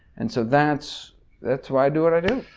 and so that's that's why i do what i do.